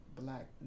black